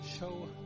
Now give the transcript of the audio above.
Show